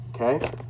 Okay